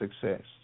success